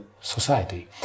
society